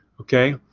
Okay